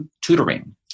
tutoring